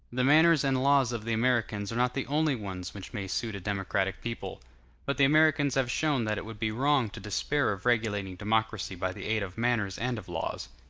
the manners and laws of the americans are not the only ones which may suit a democratic people but the americans have shown that it would be wrong to despair of regulating democracy by the aid of manners and of laws.